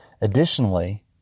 Additionally